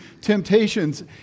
temptations